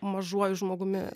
mažuoju žmogumi